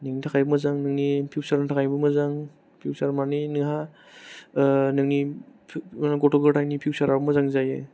नोंनि थाखायबो मोजां नोंनि फिउसारनि थाखायबो मोजां फिउसार मानि नोंहा नोंनि पि गथ' गथायनि फिउसाराबो मोजां जायो